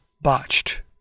botched